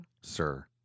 sir